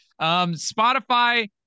Spotify